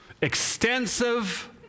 extensive